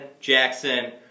Jackson